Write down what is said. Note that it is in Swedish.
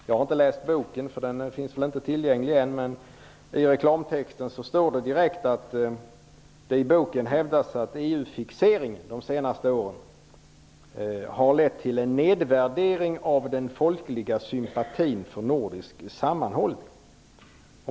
Jag har inte läst boken -- den finns väl inte tillgänglig än - men i reklamtexten står att det i boken hävdas att EU fixeringen under de senaste åren har lett till en nedvärdering av den folkliga sympatin för nordisk sammanhållning.